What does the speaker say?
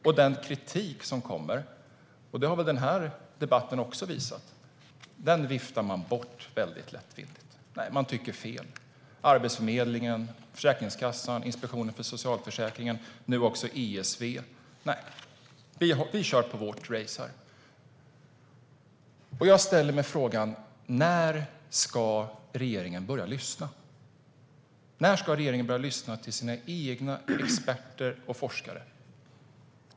Och den kritik som kommer - det har väl den här debatten också visat - viftas bort väldigt lättvindigt. Det som Arbetsförmedlingen, Försäkringskassan, Inspektionen för socialförsäkringen och nu också ESV tycker är fel. Nej, vi kör vårt race här. Jag ställer mig frågan: När ska regeringen börja lyssna till sina egna experter och forskare?